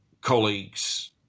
colleagues